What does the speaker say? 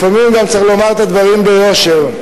לפעמים צריך לומר דברים ביושר.